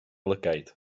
lygaid